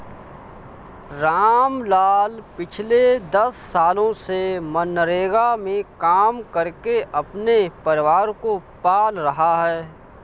रामलाल पिछले दस सालों से मनरेगा में काम करके अपने परिवार को पाल रहा है